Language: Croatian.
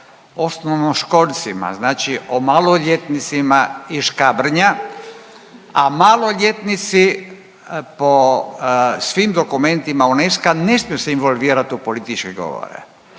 osnovnoškolcima, znači o maloljetnicima iz Škabrnja, a maloljetnici po svim dokumentima UNESCO-a ne smiju se involvirati u političke govore